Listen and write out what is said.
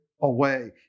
away